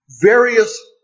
various